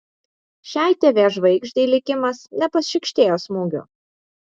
šiai tv žvaigždei likimas nepašykštėjo smūgių